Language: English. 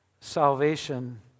salvation